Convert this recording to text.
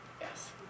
yes